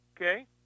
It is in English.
Okay